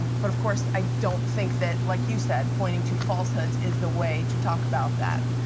but of course i don't think that, like you said, pointing to falsehoods is the way to talk about that.